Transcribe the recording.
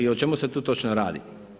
I o čemu se tu točno radi?